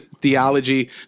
theology